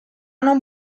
non